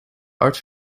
arts